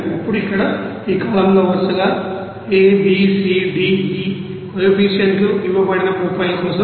ఇప్పుడు ఇక్కడ ఈ కాలమ్లో వరుసగా a b c d e కోఎఫీషియంట్లు ఇవ్వబడిన ప్రొపైలిన్ కోసం